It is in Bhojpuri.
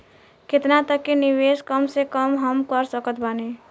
केतना तक के निवेश कम से कम मे हम कर सकत बानी?